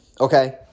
Okay